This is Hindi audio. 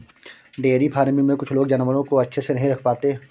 डेयरी फ़ार्मिंग में कुछ लोग जानवरों को अच्छे से नहीं रख पाते